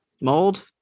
mold